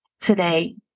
today